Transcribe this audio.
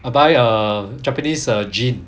by err japanese err gin